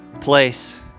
place